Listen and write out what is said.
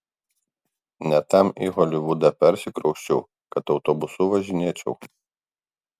ne tam į holivudą persikrausčiau kad autobusu važinėčiau